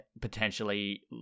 potentially